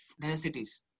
necessities